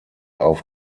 auf